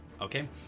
Okay